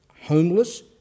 homeless